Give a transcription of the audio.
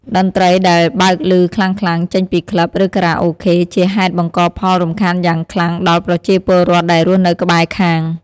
តន្ត្រីដែល បើកឮខ្លាំងៗ ចេញពី ក្លឹប ឬខារ៉ាអូខេ ជាហេតុបង្កផលរំខានយ៉ាងខ្លាំងដល់ ប្រជាពលរដ្ឋដែលរស់នៅក្បែរខាង។